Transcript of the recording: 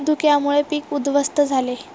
धुक्यामुळे पीक उध्वस्त झाले